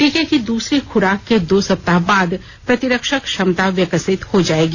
टीके की दूसरी खुराक के दो सप्ताह बाद प्रतिरक्षक क्षमता विकसित हो जाएगी